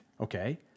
okay